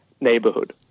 neighborhood